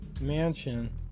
mansion